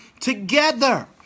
together